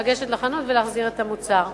לגשת לחנות ולהחזיר את המוצר.